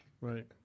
Right